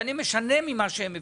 שאני משנה ממה שהם מבקשים,